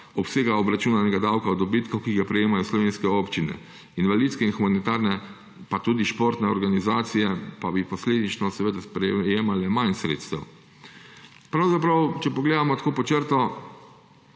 obsega obračunanega davka od dobitkov, ki ga prejemajo slovenske občine, invalidske in humanitarne pa tudi športne organizacije pa bi posledično seveda prejemale manj sredstev. Pravzaprav, če pogledamo tako pod črto,